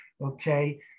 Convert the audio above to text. okay